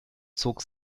zog